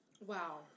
Wow